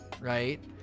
right